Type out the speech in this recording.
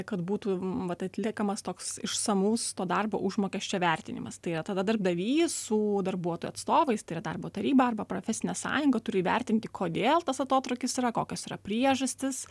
kad būtų vat atliekamas toks išsamus to darbo užmokesčio vertinimas tai yra tada darbdavys su darbuotojų atstovais tai yra darbo taryba arba profesine sąjunga turi įvertinti kodėl tas atotrūkis yra kokios yra priežastys